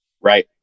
Right